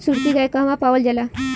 सुरती गाय कहवा पावल जाला?